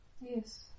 Yes